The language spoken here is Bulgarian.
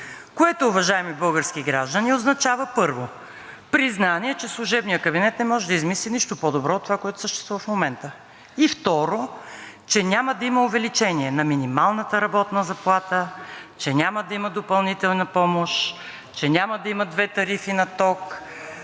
Което, уважаеми български граждани, означава, първо, признание, че служебният кабинет не може да измисли нищо по-добро от това, което съществува в момента, и второ, че няма да има увеличение на минималната работна заплата, че няма да има допълнителна помощ, че няма да има две тарифи на ток,